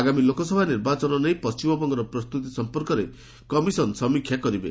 ଆଗାମୀ ଲୋକସଭା ନିର୍ବାଚନ ନେଇ ପଶ୍ଚିମବଙ୍ଗର ପ୍ରସ୍ତୁତି ସଂପର୍କରେ କମିଶନ ସମୀକ୍ଷା କରିବେ